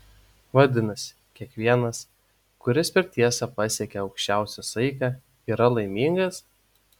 vadinasi kiekvienas kuris per tiesą pasiekia aukščiausią saiką yra laimingas